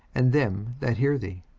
and them that hear thee.